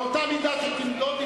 באותה מידה שתמדוד,